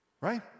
Right